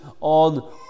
on